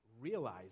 realize